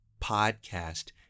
podcast